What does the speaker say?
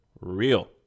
real